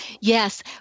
Yes